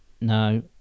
no